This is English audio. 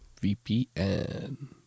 VPN